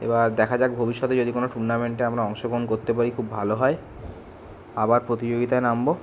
এবার দেখা যাক ভবিষ্যতে যদি কোনো টুর্নামেন্টে আমরা অংশগ্রহণ করতে পারি খুব ভালো হয় আবার প্রতিযোগিতায় নামব